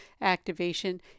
activation